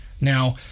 Now